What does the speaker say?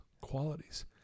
qualities